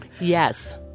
yes